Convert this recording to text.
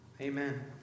Amen